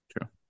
True